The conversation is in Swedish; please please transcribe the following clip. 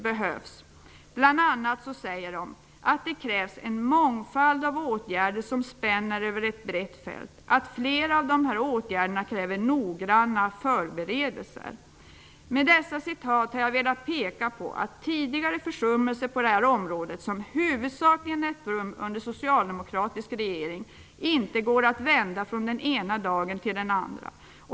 De säger bl.a. att det krävs en mångfald av åtgärder som spänner över ett brett fält, och att flera av åtgärderna kräver noggranna förberedelser. Med dessa citat har jag velat peka på att tidigare försummelser på detta område, som huvudsakligen ägt rum under socialdemokratisk regering, inte går att vända från den ena dagen till den andra.